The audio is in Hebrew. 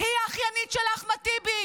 היא האחיינית של אחמד טיבי.